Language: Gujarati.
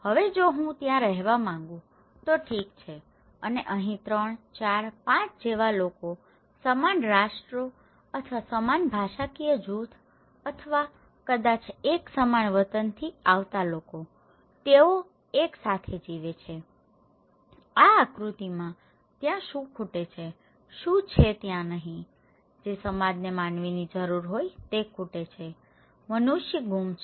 હવે જો હું ત્યાં રહેવા માંગું છું તો ઠીક છે અને અહીં 3 4 5 જેવા લોકો સમાન રાષ્ટ્રો અથવા સમાન ભાષાકીય જૂથ અથવા કદાચ એક સમાન વતનથી આવતા લોકો તેઓ એક સાથે જીવે છે આ આકૃતિમાં ત્યાં શું ખૂટે છે શું છે ત્યાં નહિ જે સમાજને માનવીની જરૂર હોય તે ખૂટે છે મનુષ્ય ગુમ છે